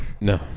No